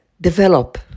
Develop